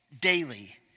daily